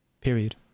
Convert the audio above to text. Period